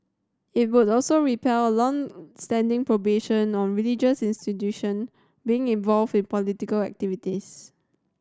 it would also repeal a long standing prohibition on religious institution being involved in political activities